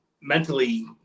mentally